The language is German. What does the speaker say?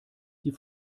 die